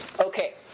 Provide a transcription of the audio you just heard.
Okay